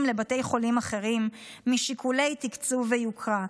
לבתי חולים אחרים משיקולי תקצוב ויוקרה.